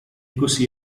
così